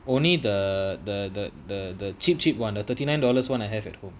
only the the the the the cheap cheap one of thirty nine dollars one I have at home